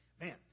man